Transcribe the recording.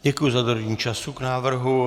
Děkuji za dodržení času k návrhu.